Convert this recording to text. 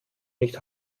nicht